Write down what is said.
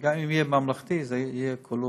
וגם אם הוא יהיה ממלכתי זה יהיה כלול: